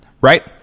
Right